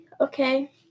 Okay